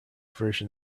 version